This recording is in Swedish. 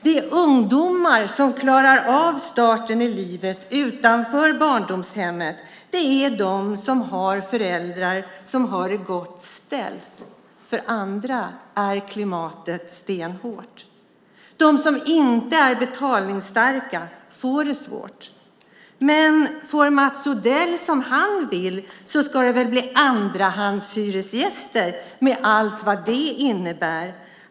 De ungdomar som klarar av starten i livet utanför barndomshemmet är de som har föräldrar som har det gott ställt. För andra är klimatet stenhårt. De som inte är betalningsstarka får det svårt. Men får Mats Odell som han vill ska de bli andrahandshyresgäster med allt vad det innebär.